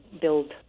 build